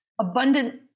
abundant